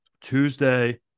Tuesday